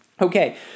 Okay